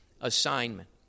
assignment